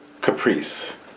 Caprice